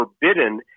forbidden